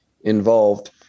involved